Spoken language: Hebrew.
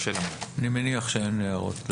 אני מניח שאין הערות.